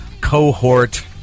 cohort